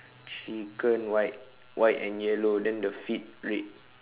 chicken white white and yellow then the feet red